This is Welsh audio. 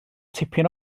tipyn